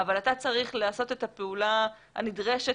אבל אתה צריך לעשות את הפעולה הנדרשת